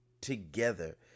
together